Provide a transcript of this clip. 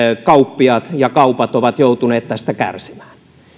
kauppiaat ja kaupat ovat joutuneet tästä kärsimään